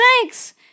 Thanks